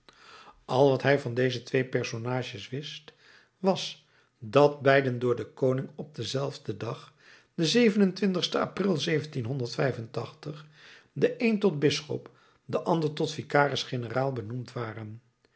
al wat hij van deze twee personages wist was dat beiden door den koning op denzelfden dag den april de een tot bisschop de ander tot vicaris generaal benoemd waren